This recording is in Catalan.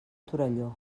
torelló